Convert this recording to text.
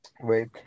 Wait